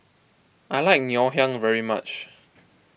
I like Ngoh Hiang very much